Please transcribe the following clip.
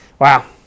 wow